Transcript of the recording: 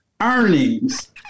earnings